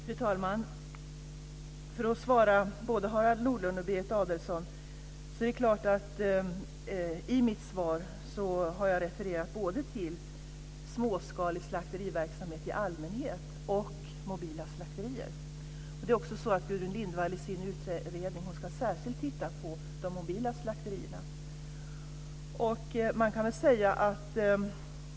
Fru talman! För att svara både Harald Nordlund och Berit Adolfsson: I mitt svar har jag refererat både till småskalig slakteriverksamhet i allmänhet och mobila slakterier. Gudrun Lindvall ska i sin utredning titta särskilt på de mobila slakterierna.